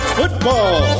football